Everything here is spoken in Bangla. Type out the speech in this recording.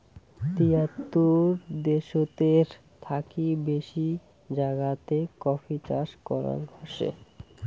তিয়াত্তর দ্যাশেতের থাকি বেশি জাগাতে কফি চাষ করাঙ হসে